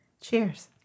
Cheers